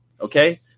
okay